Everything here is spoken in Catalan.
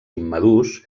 immadurs